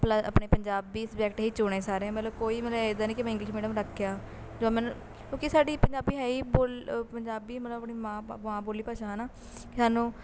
ਆਪਣੇ ਪੰਜਾਬੀ ਸਬਜੈਕਟ ਹੀ ਚੁਣੇ ਸਾਰੇ ਮਤਲਬ ਕੋਈ ਮਤਲਬ ਇੱਦਾਂ ਨਹੀਂ ਕਿ ਮੈਂ ਇੰਗਲਿਸ਼ ਮੀਡੀਅਮ ਰੱਖਿਆ ਜੋ ਮੈਨੂੰ ਕਿਉਂਕਿ ਸਾਡੀ ਪੰਜਾਬੀ ਹੈ ਹੀ ਬੋਲ ਪੰਜਾਬੀ ਮਤਲਬ ਆਪਣੀ ਮਾਂ ਬੋਲੀ ਭਾਸ਼ਾ ਹੈ ਨਾ ਸਾਨੂੰ